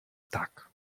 tak